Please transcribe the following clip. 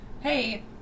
Hey